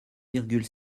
virgule